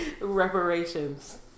Reparations